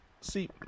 See